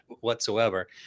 whatsoever